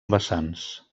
vessants